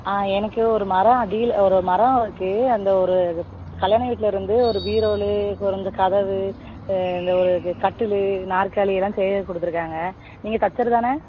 ஆ எனக்கு ஒரு மரம் அடியில் ஒரு மரம் இருக்குது அந்த ஒரு கல்யாண வீட்டில் இருந்து ஒரு பீரோலு அப்புறம் இந்த கதவு இந்த ஒரு இது கட்டிலு நாற்காலி எல்லாம் செய்ய கொடுத்துருக்காங்க நீங்கள் தச்சர் தானே